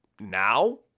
now